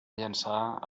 llançar